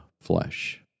flesh